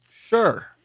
sure